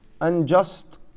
unjust